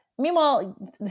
Meanwhile